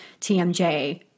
TMJ